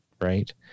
Right